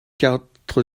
quatre